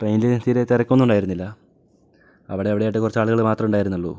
ട്രെയിനിൽ തീരെ തിരക്കൊന്നും ഉണ്ടായിരുന്നില്ല അവടവടെയായിട്ട് കുറച്ച് ആളുകൾ മാത്രമേ ഉണ്ടായിരുന്നുള്ളൂ